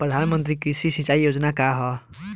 प्रधानमंत्री कृषि सिंचाई योजना का ह?